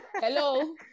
hello